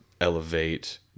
elevate